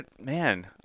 Man